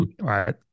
right